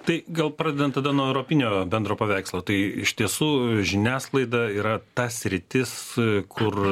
tai gal pradedant tada nuo europinio bendro paveikslo tai iš tiesų žiniasklaida yra ta sritis kur